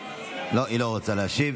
לא, היא לא רוצה להשיב.